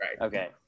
Okay